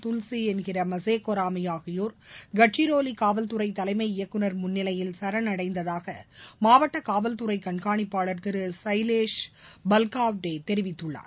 துல்சி என்கிற மசேகொராமி ஆகியோர் கட்சிரோலி காவல்துறை தலைமை இயக்குநர் முன்னிலையில் சரணடைந்ததாக மாவட்ட காவல்துறை கண்காணிப்பாளர் திரு சைலேஷ் பல்காவதே தெரிவித்துள்ளார்